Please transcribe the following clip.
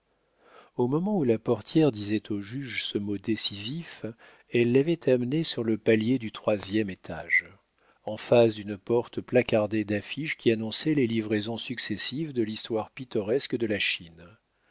au moment où la portière disait au juge ce mot décisif elle l'avait amené sur le palier du troisième étage en face d'une porte placardée d'affiches qui annonçaient les livraisons successives de l'histoire pittoresque de la chine